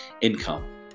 income